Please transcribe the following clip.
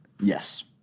Yes